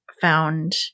found